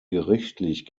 gerichtlich